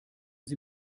sie